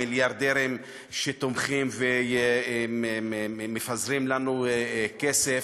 מיליארדרים שתומכים ומפזרים לנו כסף.